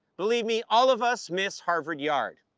believe me all of us miss harvard yard.